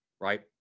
right